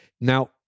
Now